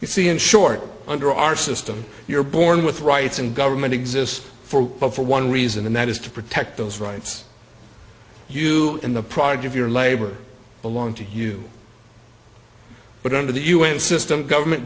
you see in short under our system you're born with rights and government exists for but for one reason and that is to protect those rights you in the product of your labor belong to you but under the un system government